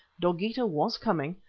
dogeetah was coming,